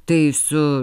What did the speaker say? tai su